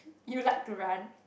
you like to run